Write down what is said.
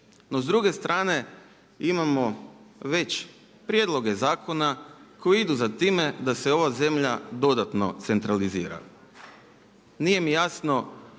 No, s druge strane imamo već prijedloge zakona koji idu za time da se ova zemlja dodatno centralizira. Nije mi jasno